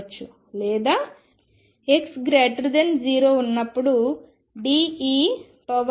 లేదా x0 ఉన్నప్పుడు D e αx కి సమానం